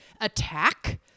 attack